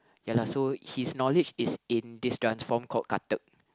ya lah so his knowledge is in this dance form called Kathak